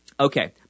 Okay